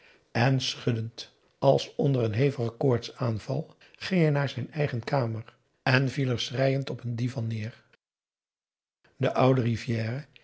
en schuddend als onder een hevigen koortsaanval ging hij naar zijn eigen kamer en viel er schreiend op een divan nêer de oude rivière